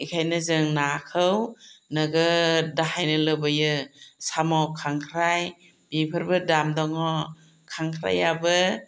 बेनिखायनो जों नाखौ नोगोद दाहायनो लुबैयो साम' खांख्राइ बेफोरबो दाम दङ खांख्राइआबो